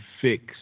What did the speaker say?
fix